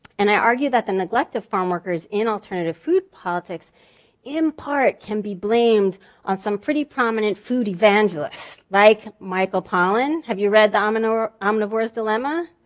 and i argue that the neglect of farmworkers in alternative food politics in part can be blamed on some pretty prominent food evangelists, like michael pollan, have you read the um and omnivore's dilemma?